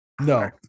No